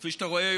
כפי שאתה רואה,